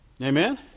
Amen